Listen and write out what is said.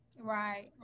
right